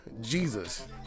Jesus